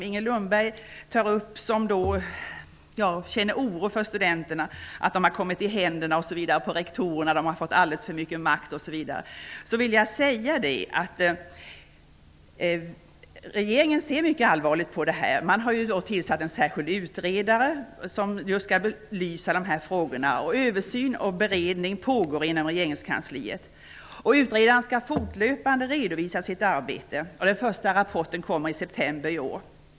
Inger Lundberg säger att hon känner oro över att studenterna kommit i händerna på rektorerna och att rektorerna fått alldeles för mycket makt. Till det vill jag säga att regeringen ser mycket allvarligt på detta och har tillsatt en särskild utredare som skall belysa dessa frågor. En översyn och en beredning pågår inom regeringskansliet och utredaren skall fortlöpande redovisa sitt arbete. Den första rapporten skall komma i september i år.